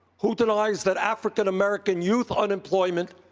who denies that african-american youth unemployment,